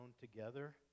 together